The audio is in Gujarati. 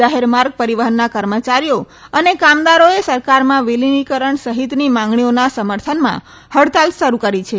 જાહેર માર્ગ પરીવહનના કર્મચારીઓ અને કામદારોએ સરકારમાં વિલિનીકરણ સહીતની માંગણીઓના સમર્થનમાં હડતાલ શરૂ રી છે